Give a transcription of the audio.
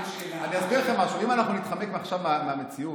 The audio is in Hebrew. אני אסביר לכם משהו, אם נתחמק עכשיו מהמציאות,